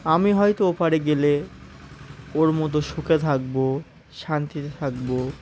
আমি হয়তো ওপারে গেলে ওর মতো সুখে থাকব শান্তিতে থাকব